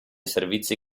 servizi